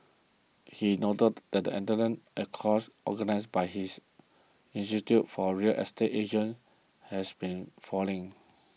he noted that attendance at courses organised by his institute for real estate agents has been falling